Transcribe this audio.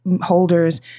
holders